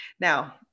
Now